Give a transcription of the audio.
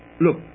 look